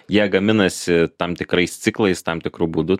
jie gaminasi tam tikrais ciklais tam tikru būdu